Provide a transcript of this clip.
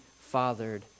fathered